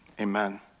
Amen